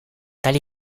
tali